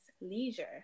leisure